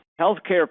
Healthcare